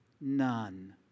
None